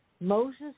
Moses